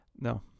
no